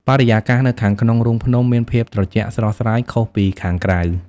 បរិយាកាសនៅខាងក្នុងរូងភ្នំមានភាពត្រជាក់ស្រស់ស្រាយខុសពីខាងក្រៅ។